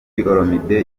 olomide